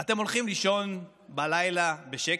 אתם הולכים לישון בלילה בשקט?